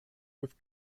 with